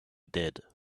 did